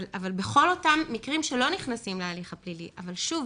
אבל בכל אותם מקרים שלא נכנסים להליך הפלילי אבל שוב,